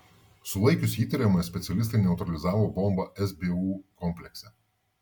sulaikius įtariamąją specialistai neutralizavo bombą sbu komplekse